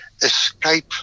escape